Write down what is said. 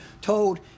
told